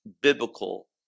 biblical